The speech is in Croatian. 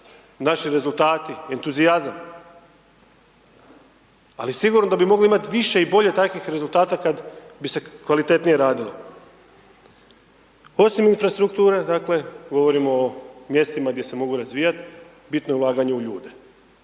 naši rezultati, entuzijazam. Ali sigurno da bi mogli imati više i bolje takvih rezultata kada bi se kvalitetnije radilo. Osim infrastrukture dakle govorimo o mjestima gdje se mogu razvijati, bitno je ulaganje u ljude,